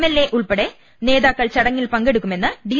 L A ഉൾപ്പെടെ നേതാക്കൾ ചടങ്ങിൽ പങ്കെടുക്കുമെന്ന് ഡി